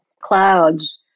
Clouds